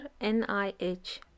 nih